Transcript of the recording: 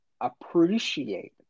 appreciate